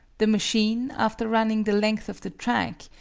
the machine, after running the length of the track,